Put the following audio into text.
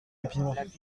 pépinois